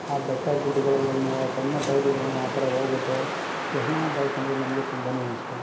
ಆ ಬೆಟ್ಟ ಗುಡ್ಡಗಳಲ್ಲೂ ಆ ಸಣ್ಣ ಟಯರ್ ಇದ್ರೂ ಆ ಥರ ಹೋಗುತ್ತೆ ಯಮಹ ಬೈಕ್ ಅಂದರೆ ನಮಗೆ ತುಂಬನೇ ಇಷ್ಟ